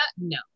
No